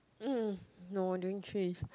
mm no don't need change